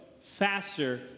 faster